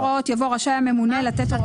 אני כבר יומיים מדברת על אוכל לתינוקות.